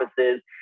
offices